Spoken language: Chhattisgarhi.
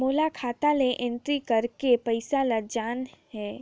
मोला खाता ला एंट्री करेके पइसा ला जान हे?